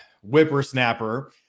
whippersnapper